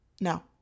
No